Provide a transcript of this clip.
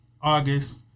August